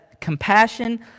compassion